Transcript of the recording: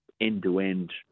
end-to-end